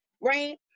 right